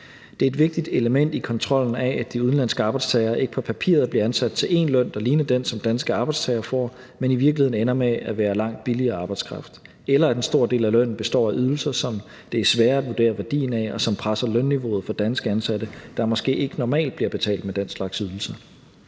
Det er et vigtigt element i kontrollen af, at de udenlandske arbejdstagere ikke på papiret bliver ansat til en løn, der ligner den, som danske arbejdstagere får, men i virkeligheden ender med at være langt billigere arbejdskraft, eller at en stor del af lønnen består af ydelser, som det er sværere at vurdere værdien af, og som presser lønniveauet for danske ansatte, der måske ikke normalt bliver betalt med den slags ydelser.